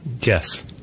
Yes